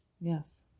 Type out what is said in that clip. Yes